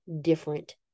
different